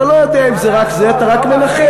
אתה לא יודע אם זה רק זה, אתה רק מנחש.